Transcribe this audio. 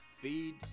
feed